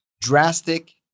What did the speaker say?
drastic